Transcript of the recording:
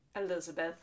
Elizabeth